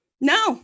No